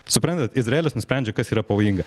suprantat izraelis nusprendžia kas yra pavojinga